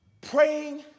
praying